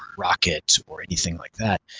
rocket, or anything like that,